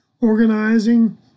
organizing